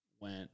went